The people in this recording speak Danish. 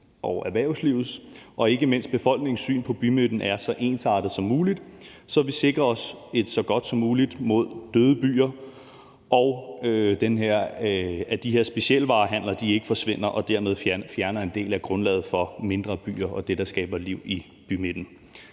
og erhvervslivets og ikke mindst befolkningens syn på bymidten er så ensartet som muligt, så vi sikrer os så godt som muligt mod døde byer, og sikrer, at specialvarehandelen ikke forsvinder og dermed fjerner en del af grundlaget for mindre byer og det, der skaber liv i bymidten.